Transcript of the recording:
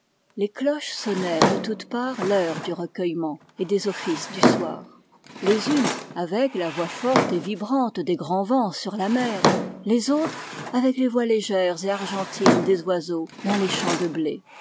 les cloches sonnèrent de toutes parts l'heure du recueillement et des offices du soir les unes avec la voix forte et vibrante des grands vents sur la mer les autres avec les voix légères et argentines des oiseaux dans les champs de blé